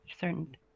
certain